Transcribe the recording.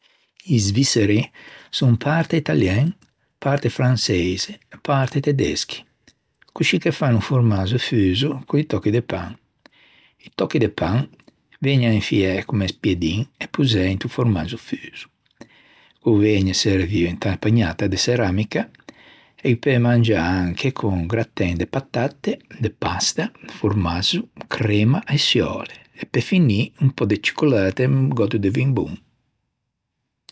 I svisseri son parte italien, parte franseixi e parte tedeschi. Coscì che fan o formazzo fuso co-i tòcchi de pan. I tòcchi de pan vëgnan infiæ comme spiedin e posæ into formazzo fuso. O vëgne servio inta pugnatta de çeramica e pe mangiâ anche con un grattæn de patatte, de pasta, formazzo, cremma a-e çioule e pe finî un pö de cicolata e un gòtto de vin bon.